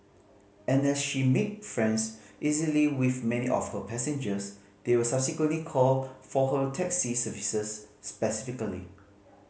and as she make friends easily with many of her passengers they will subsequently call for her taxi services specifically